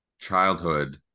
childhood